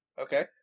Okay